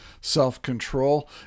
self-control